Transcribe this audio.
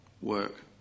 work